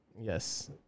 Yes